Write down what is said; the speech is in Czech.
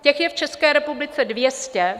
Těch je v České republice dvě stě.